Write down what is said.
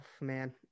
man